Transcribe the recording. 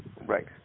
Right